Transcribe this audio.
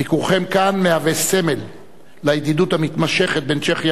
ביקורכם כאן מהווה סמל לידידות המתמשכת בין צ'כיה